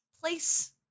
place